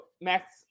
Max